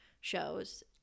shows